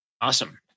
Awesome